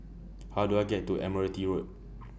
How Do I get to Admiralty Road